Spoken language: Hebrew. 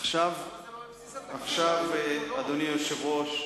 למה זה לא בבסיס התקציב, אדוני השר?